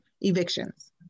evictions